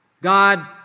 God